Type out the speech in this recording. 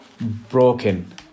broken